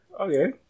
Okay